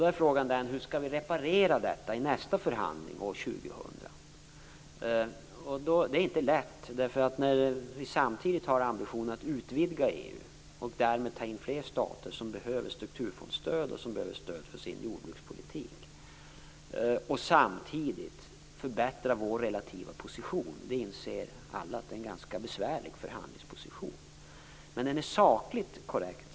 Då är frågan: Hur skall vi reparera detta i nästa förhandling år 2000? Det är inte lätt. När vi har ambitionen att utvidga EU, och därmed ta in fler stater som behöver strukurfondsstöd och stöd för sin jordbrukspolitik, samtidigt som vi vill förbättra vår relativa position inser alla att vi har en ganska besvärlig förhandlingsposition. Men den är sakligt korrekt.